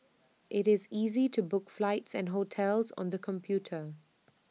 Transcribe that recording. IT is easy to book flights and hotels on the computer